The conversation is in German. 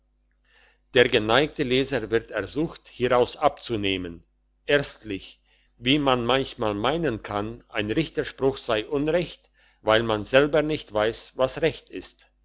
der geneigte leser wird ersucht hieraus abzunehmen erstlich wie man manchmal meinen kann ein richterspruch sei unrecht weil man selber nicht weiss was recht ist